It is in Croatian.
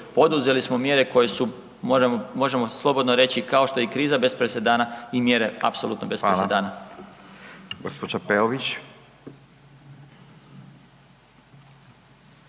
poduzeli smo mjere koje su možemo slobodno reći kao što je i kriza bez presedana i mjere apsolutno bez …/Upadica: Fala/… presedana.